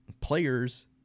players